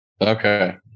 Okay